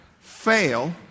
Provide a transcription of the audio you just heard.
fail